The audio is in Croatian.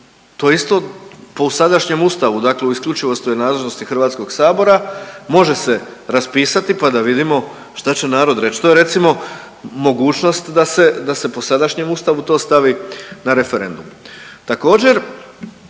je isto po sadašnjem Ustavu, dakle u isključivo .../Govornik se ne razumije./... HS-a može se raspisati pa da vidimo šta će narod reći. To je recimo, mogućnost da se po sadašnjem Ustavu to stavi na referendum.